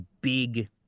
big